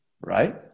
Right